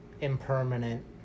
impermanent